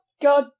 God